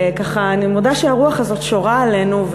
אני מודה שהרוח הזאת שורה עלינו,